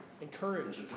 Encourage